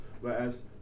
Whereas